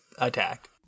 attack